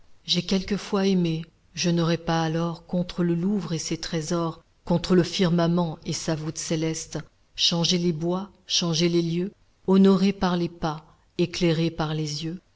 j'ai quelquefois aimé je n'aurais pas alors contre le louvre et ses trésors contre le firmament et sa voûte céleste changé les bois changé les lieux honorés par les pas éclairés par les yeux